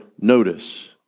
notice